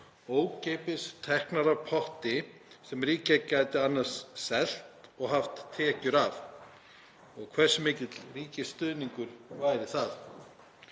ókeypis teknar úr potti sem ríkið gæti annars selt og haft tekjur af? Og hversu mikill ríkisstuðningur væri það?